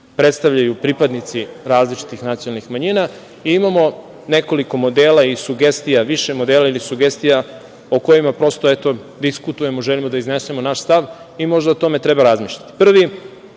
predstavljaju pripadnici različitih nacionalnih manjina, i imamo nekoliko modela i sugestija, više modela ili sugestija o kojima, prosto, eto, diskutujemo, želimo da iznesemo naš stav i možda o tome treba razmišljati. Prvi